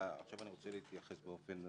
ועכשיו אני רוצה התייחס באופן פרטני.